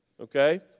Okay